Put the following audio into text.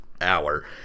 hour